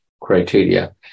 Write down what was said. criteria